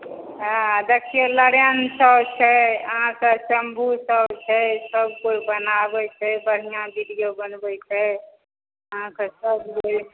हँ देखिऔ नारायण साहु छै अहाँके शम्भु साहु छै सभ कोइ बनाबै छै बढ़िआँ विडिओ बनाबै छै अहाँके सब अछि